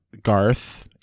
Garth